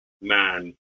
man